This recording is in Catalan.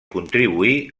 contribuir